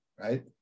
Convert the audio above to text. right